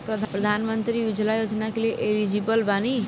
प्रधानमंत्री उज्जवला योजना के लिए एलिजिबल बानी?